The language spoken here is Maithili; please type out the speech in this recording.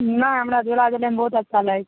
नहि हमरा झुला झुलैमे बहुत अच्छा लागै छै